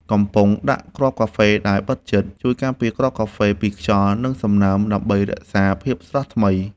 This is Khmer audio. កំប៉ុងដាក់គ្រាប់កាហ្វេដែលបិទជិត ជួយការពារគ្រាប់កាហ្វេពីខ្យល់ និងសំណើមដើម្បីរក្សាភាពស្រស់ថ្មី។